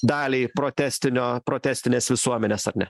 daliai protestinio protestinės visuomenės ar ne